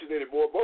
anymore